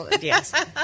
yes